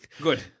Good